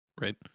right